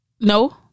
No